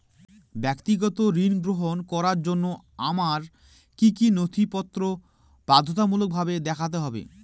ব্যক্তিগত ঋণ গ্রহণ করার জন্য আমায় কি কী নথিপত্র বাধ্যতামূলকভাবে দেখাতে হবে?